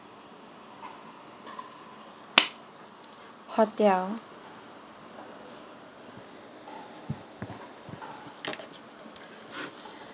hotel